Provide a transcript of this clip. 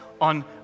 on